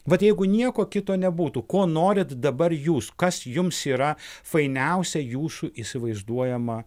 vat jeigu nieko kito nebūtų ko norit dabar jūs kas jums yra fainiausia jūsų įsivaizduojama